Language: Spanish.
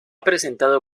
presentado